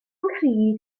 nghri